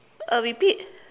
uh repeat